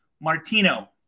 Martino